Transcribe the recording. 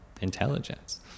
intelligence